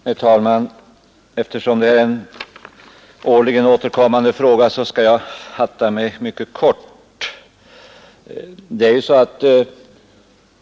Herr talman! Eftersom detta är en årligen återkommande fråga skall jag fatta mig kort.